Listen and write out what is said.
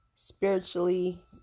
spiritually